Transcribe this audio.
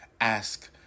Ask